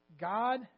God